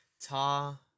Ta